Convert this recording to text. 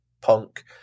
punk